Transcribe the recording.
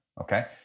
Okay